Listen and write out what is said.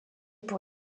pour